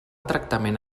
tractament